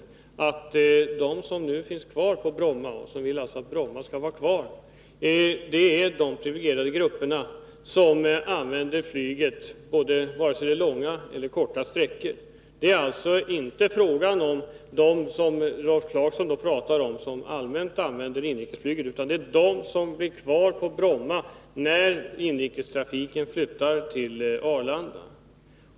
Jag sade att de som nu finns kvar på Bromma och vill att Bromma skall vara kvar är de privilegierade grupperna som använder flyget vare sig det är fråga om långa eller korta sträckor. Det är alltså inte fråga om dem som enligt Rolf Clarkson nu använder inrikesflyget, utan det är fråga om dem som blir kvar på Bromma när inrikestrafiken flyttas till Arlanda.